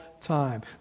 time